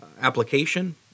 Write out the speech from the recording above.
application